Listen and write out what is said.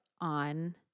on